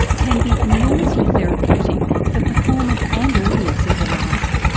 can be enormously therapeutic for performers and audiences alike.